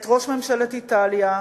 את ראש ממשלת איטליה,